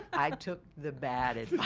i took the bad